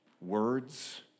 words